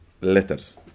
letters